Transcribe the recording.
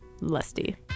lusty